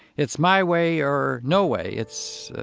it's my way or no way it's,